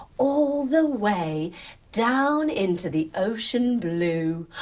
all the way down into the ocean blue.